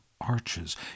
arches